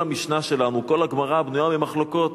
כל המשנה שלנו, כל הגמרא, בנויה ממחלוקות,